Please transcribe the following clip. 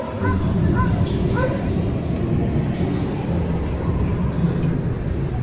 a highly intelligent race of beings wouldn't encase their developing young in mud, would they?